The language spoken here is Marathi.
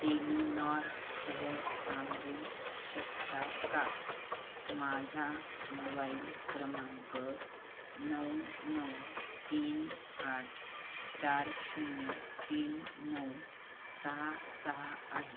टेलिनॉरसह सांगू शकता का माझा मोबाईल क्रमांक नऊ नऊ तीन आठ चार शून्य तीन नऊ सहा सहा आहे